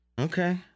Okay